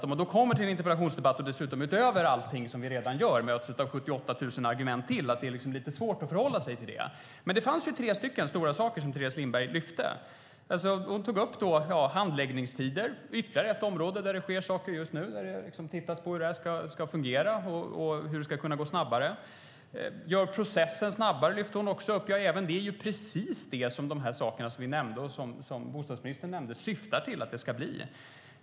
Om man då kommer till en interpellationsdebatt och utöver det som vi redan gör möts av 78 000 argument till är det lite svårt att förhålla sig till detta; det förstår jag. Men det fanns tre stycken stora saker som Teres Lindberg lyfte fram. Hon tog upp handläggningstider. Det är ytterligare ett område där det sker saker just nu. Man tittar på hur det ska fungera och hur det ska kunna gå snabbare. Hon lyfte också fram det här med att göra processen snabbare. Även det är precis sådant som vi nämnde och som bostadsministern nämnde som något som vi syftar till ska bli av.